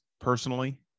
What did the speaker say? personally